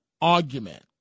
argument